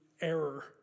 error